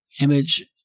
image